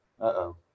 uh-oh